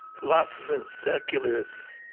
philosophers, seculars.